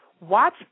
Watch